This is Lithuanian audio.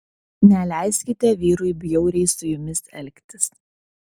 neleiskite vyrui bjauriai su jumis elgtis